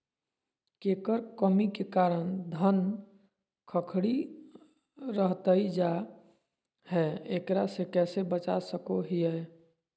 केकर कमी के कारण धान खखड़ी रहतई जा है, एकरा से कैसे बचा सको हियय?